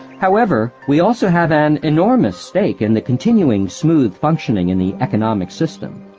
however, we also have an enormous stake in the continuing smooth functioning in the economic system.